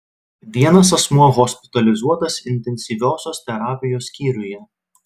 vienas asmuo hospitalizuotas intensyviosios terapijos skyriuje